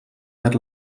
per